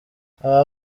aba